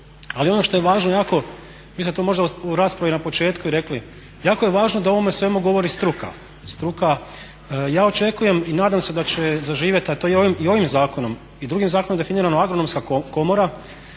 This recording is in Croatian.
ali ono što je važno jako, mislim da ste to možda u raspravi na početku i rekli, jako je važno da o ovome svemu govori struka. Ja očekujem i nadam se da će zaživjeti, a to je i ovim zakonom i drugim zakonom definirano Agronomska komora